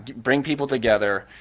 bring people together,